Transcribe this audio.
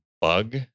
bug